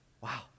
Wow